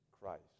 Christ